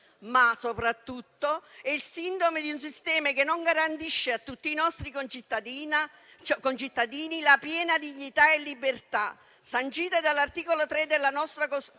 ma soprattutto è il sintomo di un sistema che non garantisce a tutti i nostri concittadini la piena dignità e libertà, sancite dall'articolo 3 della nostra Carta costituzionale,